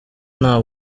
nta